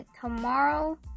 tomorrow